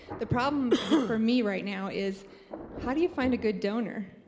the problem for me right now is how do you find a good donor?